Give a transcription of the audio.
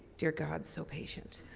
dear god, so patient.